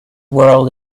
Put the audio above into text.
world